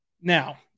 Now